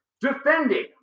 Defending